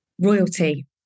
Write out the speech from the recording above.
royalty